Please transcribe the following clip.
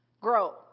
grow